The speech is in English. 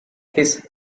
his